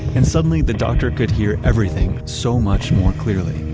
and suddenly the doctor could hear everything so much more clearly.